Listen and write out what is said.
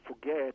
forget